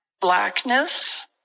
blackness